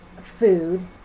food